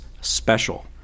special